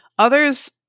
Others